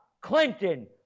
Clinton